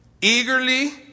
Eagerly